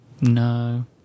no